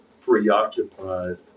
preoccupied